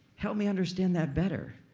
help me understand that better.